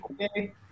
okay